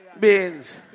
Beans